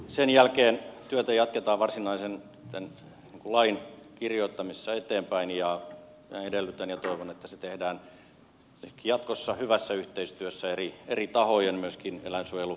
sen jälkeen työtä jatketaan varsinaisen lain kirjoittamisessa eteenpäin ja edellytän ja toivon että se tehdään jatkossa hyvässä yhteistyössä eri tahojen myöskin eläinsuojelujärjestöjen kanssa